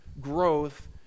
growth